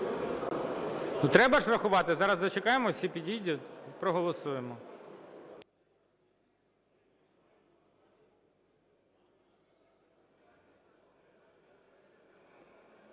Треба ж врахувати. Зараз дочекаємося, всі підійдуть, проголосуємо.